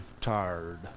tired